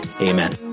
amen